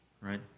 right